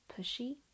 pushy